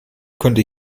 könnte